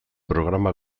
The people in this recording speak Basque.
programa